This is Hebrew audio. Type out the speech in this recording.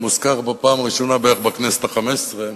הוזכרה בפעם הראשונה בכנסת החמש-עשרה.